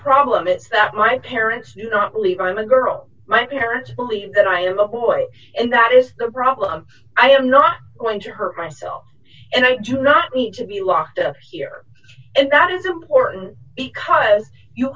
problem is that my parents do not believe i am a girl my parents believe that i am a boy and that is the problem i am not going to hurt myself and i do not need to be locked up here and that is important because you